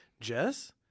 Jess